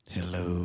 Hello